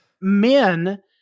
men